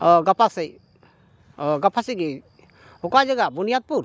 ᱚ ᱜᱟᱯᱟᱥᱮᱫ ᱚ ᱜᱟᱯᱟ ᱥᱮᱫᱜᱮ ᱚᱠᱟ ᱡᱟᱭᱜᱟ ᱵᱚᱱᱤᱭᱟᱫᱽᱯᱩᱨ